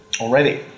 already